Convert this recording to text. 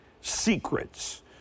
secrets